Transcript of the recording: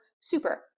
super